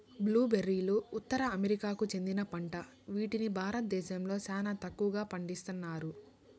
blue బెర్రీలు ఉత్తర అమెరికాకు చెందిన పంట వీటిని భారతదేశంలో చానా తక్కువగా పండిస్తన్నారు